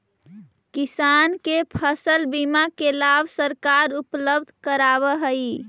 किसान के फसल बीमा के लाभ सरकार उपलब्ध करावऽ हइ